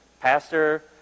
pastor